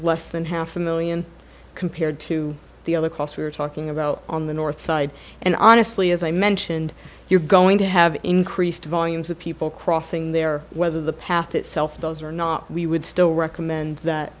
less than half a million compared to the other costs we're talking about on the north side and honestly as i mentioned you're going to have increased volumes of people crossing there whether the path itself those or not we would still recommend that